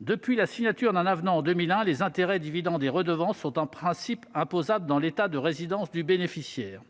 Depuis la signature d'un avenant en 2001, les intérêts, les dividendes et les redevances sont en principe imposables dans l'État de résidence du bénéficiaire.